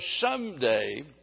someday